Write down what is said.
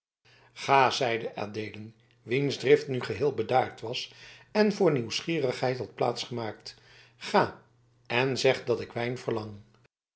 ga zeide adeelen wiens drift nu geheel bedaard was en voor nieuwsgierigheid had plaats gemaakt ga en zeg dat ik wijn verlang